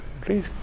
Please